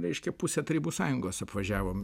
reiškia pusę tarybų sąjungos apvažiavom